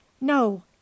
No